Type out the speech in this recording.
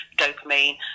dopamine